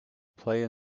play